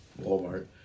Walmart